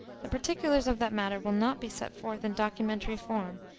the particulars of that matter will not be set forth in documentary form,